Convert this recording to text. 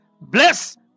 bless